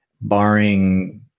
barring